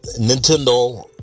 Nintendo